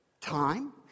time